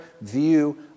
view